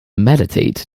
meditate